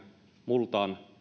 multaan